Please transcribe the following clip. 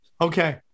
Okay